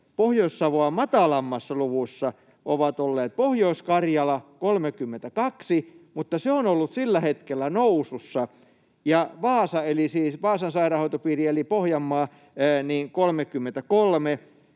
Pohjois-Savoa matalammassa luvussa ovat olleet Pohjois-Karjala, 32, mutta se on ollut sillä hetkellä nousussa, ja Vaasan sairaanhoitopiiri eli Pohjanmaa, 33,